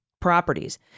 Properties